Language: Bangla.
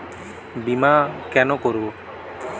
বিমা কেন করব?